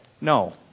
no